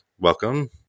Welcome